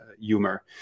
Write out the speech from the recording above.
humor